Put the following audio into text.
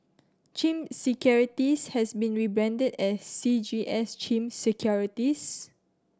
CIMB Securities has been rebranded as C G S CIMB Securities